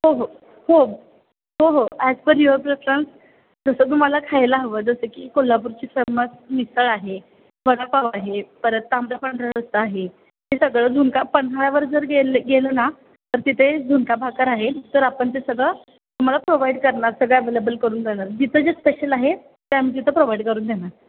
हो हो हो हो हो ॲज पर युअर प्रेफरन्स जसं तुम्हाला खायला हवं जसं की कोल्हापूरची फेमस मिसळ आहे वडापाव आहे परत तांबडा पांढरा रस्सा आहे हे सगळं झुणका पन्हाळ्यावर जर गेले गेलो ना तर तिथे झुणका भाकर आहे तर आपण ते सगळं तुम्हाला प्रोव्हाइड करणार सगळं अवेलेबल करून देणार जिथं जे स्पेशल आहे ते आम्ही तिथं प्रोव्हाइड करून देणार